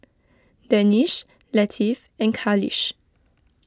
Danish Latif and Khalish